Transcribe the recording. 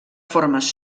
formes